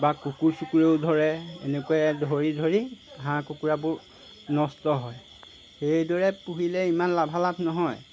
বা কুকুৰ চুকুৰেও ধৰে এনেকুৱাই ধৰি ধৰি হাঁহ কুকুৰাবোৰ নষ্ট হয় সেইদৰে পুহিলে ইমান লাভালাভ নহয়